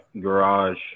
garage